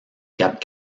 cap